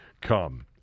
come